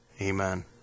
Amen